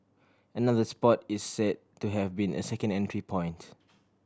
another spot is say to have been a second entry point